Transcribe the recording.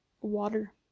water